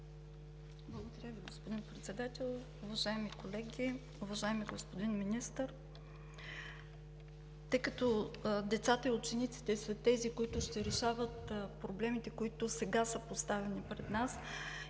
Благодаря Ви, господин Председател. Уважаеми колеги! Уважаеми господин Министър, тъй като децата и учениците са тези, които ще решават проблемите, които сега са поставени пред нас,